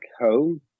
home